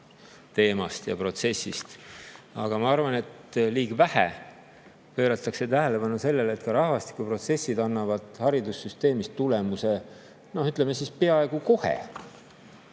teemast ja protsessist, aga ma arvan, et liiga vähe pööratakse tähelepanu sellele, et rahvastikuprotsessid annavad haridussüsteemis tulemuse peaaegu kohe.